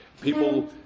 People